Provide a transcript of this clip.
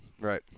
right